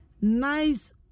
Nice